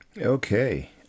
okay